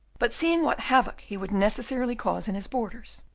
but seeing what havoc he would necessarily cause in his borders,